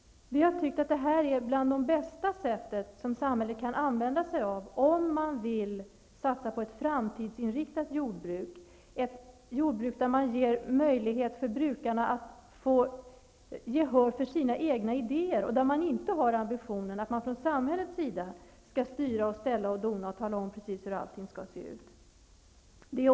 Vi har tyckt att det är ett av de bästa sätten samhället kan använda om man vill satsa på ett framtidsinriktat jordbruk, där man ger möjlighet för brukarna att få gehör för sina egna idéer. Man har här från samhällets sida inte haft ambitionen att styra, ställa och dona och tala om precis hur allting skall se ut.